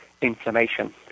inflammation